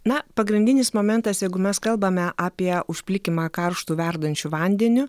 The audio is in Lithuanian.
na pagrindinis momentas jeigu mes kalbame apie užplikymą karštu verdančiu vandeniu